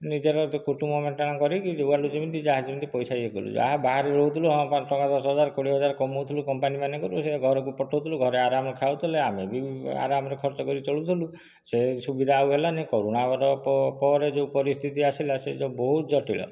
ନିଜର ତ କୁଟୁମ୍ବ ମେଣ୍ଟେନ କରିକି ଯୁଆଡୁ ଯେମିତି ଯାହା ଯେମିତି ପଇସା ଇଏ କଲୁ ଯାହା ବାହାରେ ରହୁଥିଲୁ ହଁ ପାଞ୍ଚ ଟଙ୍କା ଦଶ ହଜାର କୋଡ଼ିଏ ହଜାର କମାଉଥିଲୁ କମ୍ପାନୀମାନଙ୍କରୁ ସେଇଟା ଘରକୁ ପଠାଉଥିଲୁ ଘରେ ଆରାମରେ ଖାଉଥିଲେ ଆମେ ବି ଆରାମରେ ଖର୍ଚ୍ଚ କରି ଚଳୁଥିଲୁ ସେ ସୁବିଧା ଆଉ ହେଲାନି କରୁଣା ହେବାର ପରେ ଯେଉଁ ପରିସ୍ଥିତି ଆସିଲା ସେ ସବୁ ବହୁତ ଜଟିଳ